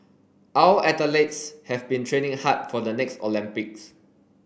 our athletes have been training hard for the next Olympics